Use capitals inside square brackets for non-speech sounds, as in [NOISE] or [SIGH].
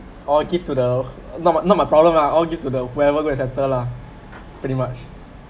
all give to the [BREATH] not my not my problem ah all give to the whoever go and settle lah pretty much